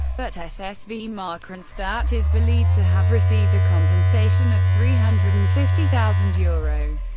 but ssv markranstadt is believed to have received a compensation of three hundred and fifty thousand euro.